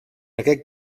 aquest